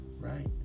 right